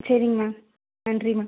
சரிங்க மேம் நன்றி மேம்